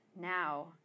now